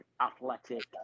athletic